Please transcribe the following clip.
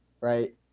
right